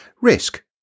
Risk